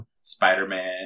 Spider-Man